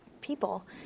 people